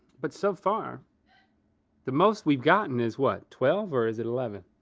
but so far the most we've gotten is what, twelve? or is it eleven?